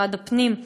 משרד הפנים,